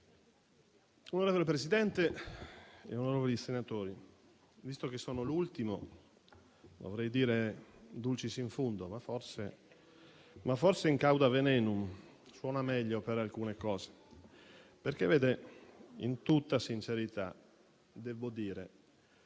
Signor Presidente, onorevoli senatori, visto che sono l'ultimo dovrei dire *dulcis in fundo*, ma forse *in cauda venenum* suona meglio, per alcune cose. In tutta sincerità, devo dire